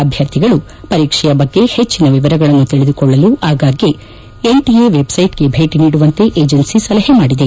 ಅಭ್ಯರ್ಥಿಗಳು ಪರೀಕ್ಷೆಯ ಬಗ್ಗೆ ಹೆಚ್ಚಿನ ವಿವರಗಳನ್ನು ತಿಳಿದುಕೊಳ್ಳಲು ಆಗಾಗ್ಗೆ ಎನ್ ಟಿಎ ವೆಬ್ ಸ್ಟೆಟ್ ಗೆ ಭೇಟಿ ನೀಡುವಂತೆ ಏಜೆನ್ಸಿ ಸಲಹೆ ಮಾಡಿದೆ